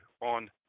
on